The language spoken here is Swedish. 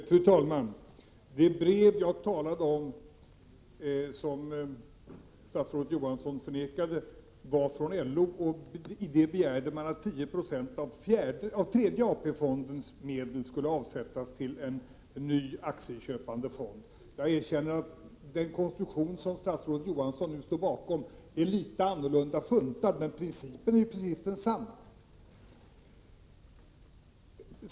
Herr talman! Det brev som jag talar om — som statsrådet Johansson inte ville kännas vid — var från LO. I det begärde man att 10 90 av tredje AP-fondens medel skulle avsättas till en ny aktieköpande fond. Jag erkänner att den konstruktion som statsrådet Johansson nu står bakom är litet annorlunda, men principen är densamma.